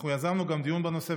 אנחנו יזמנו גם דיון בנושא,